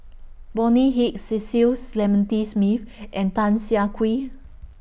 Bonny Hicks Cecil Clementi Smith and Tan Siah Kwee